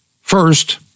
First